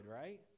right